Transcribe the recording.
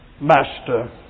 Master